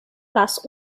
lass